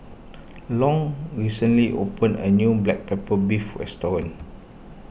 Long recently opened a new Black Pepper Beef restaurant